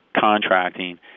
contracting